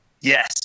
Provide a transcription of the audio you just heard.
Yes